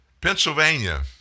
Pennsylvania